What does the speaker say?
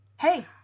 Hey